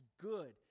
good